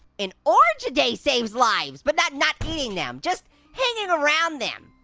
an orange a day, saves lives. but not not eating them. just hanging around them.